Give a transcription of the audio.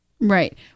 Right